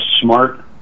smart